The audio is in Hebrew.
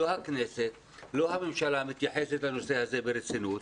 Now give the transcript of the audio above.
לא הכנסת ולא הממשלה מתייחסים לנושא הזה ברצינות.